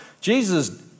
Jesus